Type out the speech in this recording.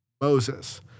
Moses